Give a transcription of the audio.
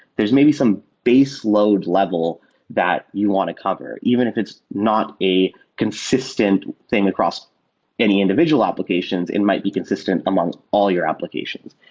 there's maybe some base load level that you want to cover even if it's not a consistent thing across any individual applications. it might be consistent among all your applications.